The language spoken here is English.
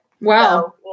Wow